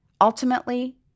Ultimately